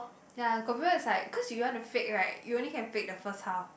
ya got people is like cause you want to fake right you only can fake the first half